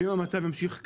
ואם המצב ימשיך ככה,